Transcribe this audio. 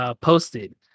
posted